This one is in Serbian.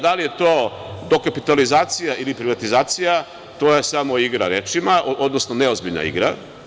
Da li je to dokapitalizacija ili privatizacija, to je samo igra rečima, odnosno neozbiljna igra.